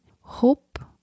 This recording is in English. hope